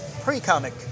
pre-comic